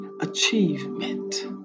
achievement